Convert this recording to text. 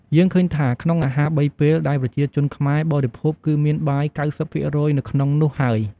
យើងឃើញថា ក្នុងអាហារបីពេលដែលប្រជាជនខ្មែរបរិភោគគឺមានបាយ៩០%នៅក្នុងនោះហើយ។